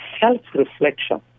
self-reflection